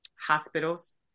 hospitals